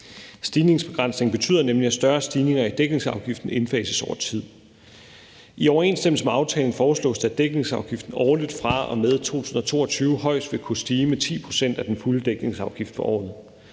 Stigningsbegrænsningen betyder nemlig, at større stigninger i dækningsafgiften indfases over tid. I overensstemmelse med aftalen foreslås det, at dækningsafgiften årligt fra og med 2022 højst vil kunne stige med 10 pct. af den fulde dækningsafgift for året.